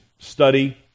study